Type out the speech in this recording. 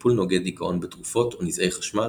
טיפול נוגד דיכאון בתרופות או נזעי חשמל,